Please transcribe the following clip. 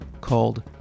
called